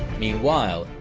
meanwhile,